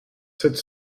sept